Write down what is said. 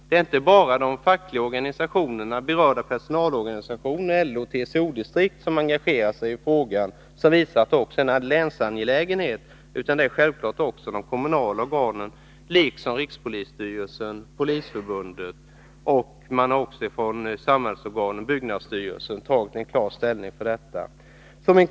Det är inte bara de berörda fackliga organisationerna i LO och TCO-distrikten som engagerat sig i frågan, vilket visar att detta även är en länsangelägenhet, utan det har också de lokala organen liksom rikspolisstyrelsen och Polisförbundet gjort. Från olika samhällsorgan, t.ex. byggnadsstyrelsen, har man likaledes gjort ett klart ställningstagande för detta.